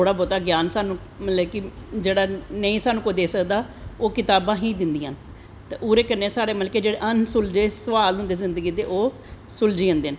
थोह्ड़ा बौह्ता ग्यान साह्नू जेह्ड़ा नेंई साह्नू कोई दोेई सकदा ओह् कतावां ही दिंदियां न ओह्दे कन्नैं मतलवल कि जेह्ड़े साढ़े अन सुलझे सोआल होंदे जिन्दगी दोे ओह् सुलझी जंदे न